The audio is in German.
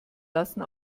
lassen